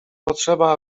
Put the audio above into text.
potrzeba